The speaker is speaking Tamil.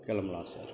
கிளம்பலாம் சார்